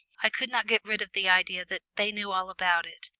i could not get rid of the idea that they knew all about it,